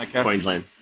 Queensland